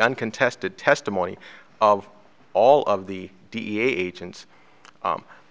uncontested testimony of all of the dea agents